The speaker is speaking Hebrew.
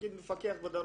נגיד מפקח בדרום,